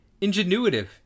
ingenuitive